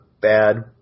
bad